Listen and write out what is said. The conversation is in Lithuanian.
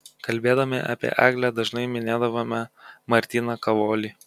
kalbėdami apie eglę dažnai minėdavome martyną kavolį